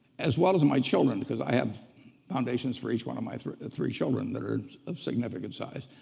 as well as my children because i have foundations for each one of my three three children that are of significant size,